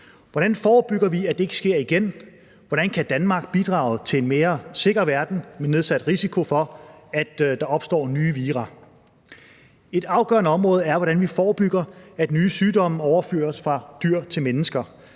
Hvordan forebygger vi, at det sker igen? Hvordan kan Danmark bidrage til en mere sikker verden med nedsat risiko for, at der opstår nye vira? Et afgørende område er, hvordan vi forebygger, at nye sygdomme overføres fra dyr til mennesker.